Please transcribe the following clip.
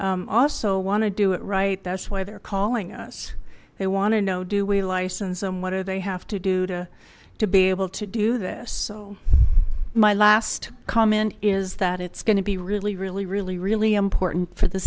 also want to do it right that's why they're calling us they want to know do we license them what do they have to do to to be able to do this so my last comment is that it's going to be really really really really important for the